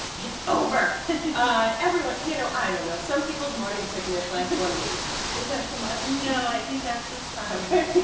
it's over ah everyone you know i don't know some people's morning sickness lasts one week is that too much? you know i think that's just fine to